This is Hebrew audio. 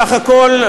סך הכול,